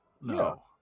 No